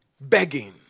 begging